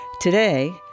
Today